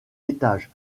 étage